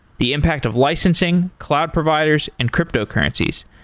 the impact of licensing, cloud providers and cryptocurrencies.